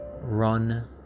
run